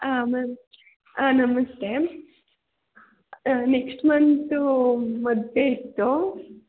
ಹಾಂ ಮ್ಯಾಮ್ ಹಾಂ ನಮಸ್ತೆ ನೆಕ್ಶ್ಟ್ ಮಂತು ಮದುವೆ ಇತ್ತು